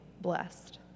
blessed